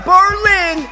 Berlin